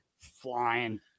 flying